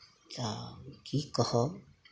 तऽ की कहब